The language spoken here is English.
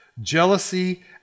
Jealousy